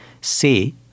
say